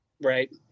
Right